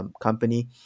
company